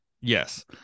Yes